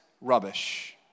rubbish